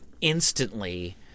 instantly